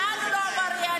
לא, אני לא מסכימה.